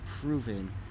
proven